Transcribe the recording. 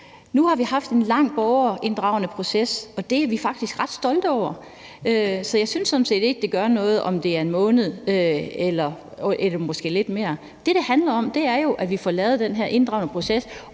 Nu har vi haft en lang borgerinddragende proces, og det er vi faktisk ret stolte over. Så jeg synes sådan set ikke, det gør noget, om det handler om en måned eller måske lidt mere. Det, det handler om, er jo, at vi får lavet den her inddragende proces,